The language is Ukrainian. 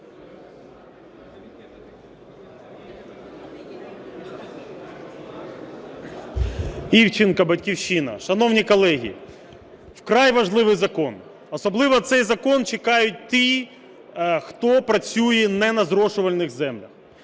Івченко, "Батьківщина". Шановні колеги, вкрай важливий закон, особливо цей закон чекають ті, хто працює на незрошувальних землях.